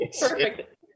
perfect